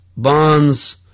bonds